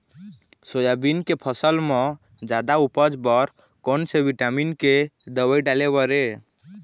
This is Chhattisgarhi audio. सोयाबीन के फसल म जादा उपज बर कोन से विटामिन के दवई डाले बर ये?